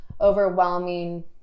overwhelming